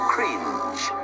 Cringe